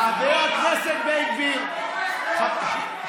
חבר הכנסת בן גביר, שקט.